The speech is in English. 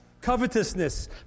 covetousness